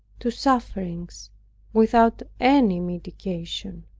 to sufferings without any mitigation.